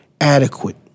adequate